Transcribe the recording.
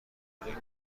کنین